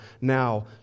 now